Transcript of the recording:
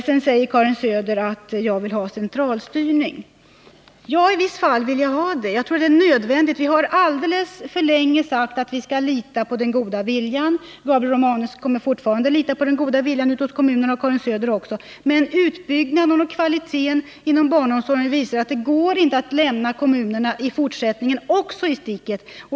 Sedan säger Karin Söder att jag vill ha centralstyrning. Ja, i vissa fall vill jag ha det. Jag tror att det är nödvändigt. Vi har alldeles för länge sagt att vi skall lita på den goda viljan. Gabriel Romanus kommer fortfarande att lita på den goda viljan hos kommunerna och Karin Söder kommer också att göra det, men utbyggnaden och kvaliteten inom barnomsorgen visar att det inte går att i fortsättningen lämna kommunerna i sticket.